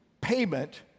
payment